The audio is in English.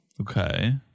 Okay